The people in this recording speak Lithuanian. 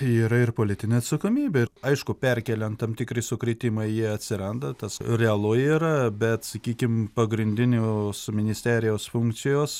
yra ir politinė atsakomybė ir aišku perkeliant tam tikri sukrėtimai jie atsiranda tas realu yra bet sakykim pagrindinių su ministerijos funkcijos